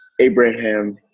Abraham